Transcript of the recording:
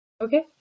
Okay